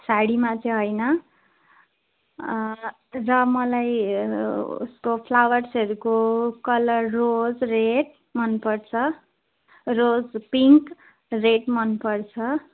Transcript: साडीमा चाहिँ होइन र मलाई उसको फ्लावर्सहरूको कलर रोज रेड मनपर्छ रोज पिङ्क रेड मनपर्छ